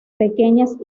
pequeñas